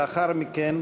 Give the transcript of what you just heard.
לאחר מכן,